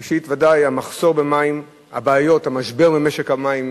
ראשית, ודאי המחסור במים, הבעיות, המשבר במשק המים